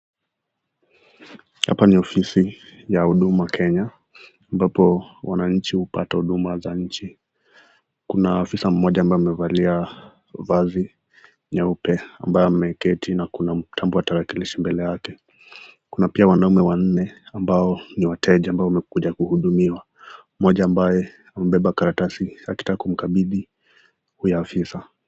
Hapa ni ofisi ya huduma kenya ambapo wananchi hupata huduma za nchi kuna afisa mmoja ambaye amevalia vazi nyeupe ambayo ameketi na kuna mtambo wa tarakilishi mbele yake. Kuna pia wanaume wanne ambao ni wateja ambao wamekuja kuhudumiwa mmoja ambaye amebeba karatasi akitaka kumkabidhii huyo ofisa.